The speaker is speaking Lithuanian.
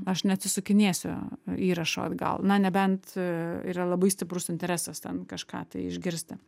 aš neatsisukinėsiu įrašo atgal na nebent yra labai stiprus interesas ten kažką tai išgirsti